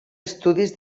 estudis